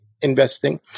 investing